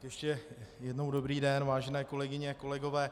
Ještě jednou dobrý den, vážené kolegyně, kolegové.